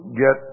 get